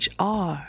HR